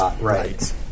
Right